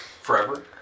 Forever